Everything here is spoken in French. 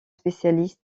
spécialiste